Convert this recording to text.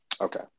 Okay